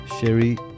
Sherry